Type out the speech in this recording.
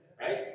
right